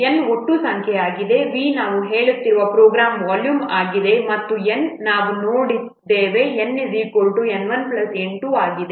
N ಒಟ್ಟು ಸಂಖ್ಯೆ ಆಗಿದೆ V ನಾವು ಹೇಳುತ್ತಿರುವ ಪ್ರೋಗ್ರಾಂ ವಾಲ್ಯೂಮ್ ಆಗಿದೆ ಮತ್ತು N ನಾವು ನೋಡಿದ್ದೇವೆ N N 1 N 2 ಆಗಿದೆ